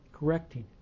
correcting